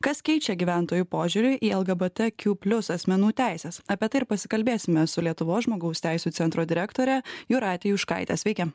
kas keičia gyventojų požiūrį į lgbt kiu plius asmenų teises apie tai ir pasikalbėsime su lietuvos žmogaus teisių centro direktore jūrate juškaite sveiki